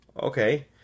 Okay